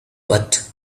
but